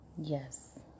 Yes